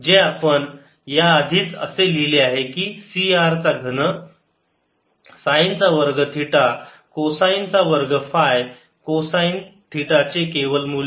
जे आपण या आधीच असे लिहिले आहे की C r चा घन साईन चा वर्ग थिटा कोसाईनचा वर्ग फाय कोसाईन थिटाचे केवल मूल्य